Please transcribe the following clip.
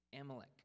Amalek